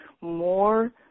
more